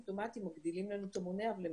האסימפטומטיים מגדילים לנו את המונה אבל הם